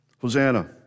Hosanna